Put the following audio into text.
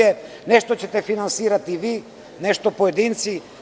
Nešto ćete finansirati vi, nešto pojedinci.